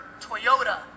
Toyota